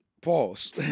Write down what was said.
Pause